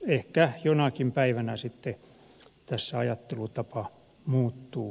ehkä jonakin päivänä sitten tässä ajattelutapa muuttuu